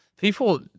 people